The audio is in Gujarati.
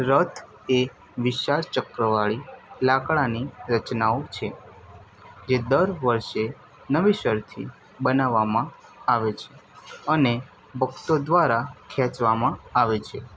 રથ એ વિશાળ ચક્રવાળી લાકડાંની રચનાઓ છે જે દર વર્ષે નવેસરથી બનાવવામાં આવે છે અને ભક્તો દ્વારા ખેંચવામાં આવે છે